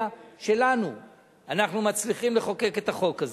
שלנו אנחנו מצליחים לחוקק את החוק הזה.